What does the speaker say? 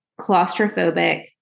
claustrophobic